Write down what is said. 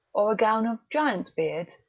or a gown of giant's beards?